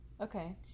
Okay